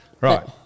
Right